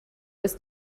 was